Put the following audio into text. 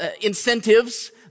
incentives